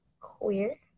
queer